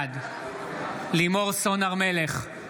בעד לימור סון הר מלך,